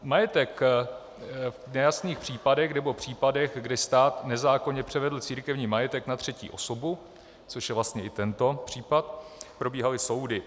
Majetek v nejasných případech nebo v případech, kdy stát nezákonně převedl církevní majetek na třetí osobu, což je vlastně i tento případ, probíhaly soudy.